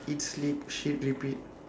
eat sleep shit repeat